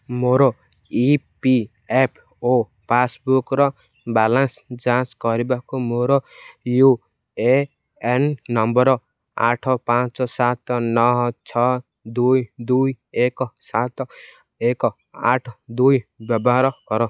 ମୋର E P F O ପାସ୍ବୁକ୍ର balance ଯାଞ୍ଚ କରିବାକୁ ମୋର ୟୁ ଏ ଏନ୍ ନମ୍ବର୍ ଆଠ ପାଞ୍ଚ ସାତ ନହ ଛଅ ଦୁଇ ଦୁଇ ଏକ ସାତ ଏକ ଆଠ ଦୁଇ ବ୍ୟବହାର କର